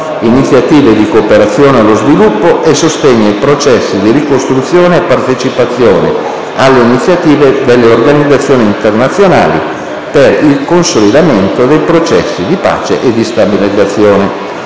iniziative di cooperazione allo sviluppo e sostegno ai processi di ricostruzione e partecipazione alle iniziative delle Organizzazioni internazionali per il consolidamento dei processi di pace e di stabilizzazione,